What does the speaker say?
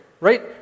Right